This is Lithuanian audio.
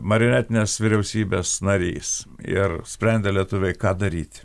marionetinės vyriausybės narys ir sprendė lietuviai ką daryt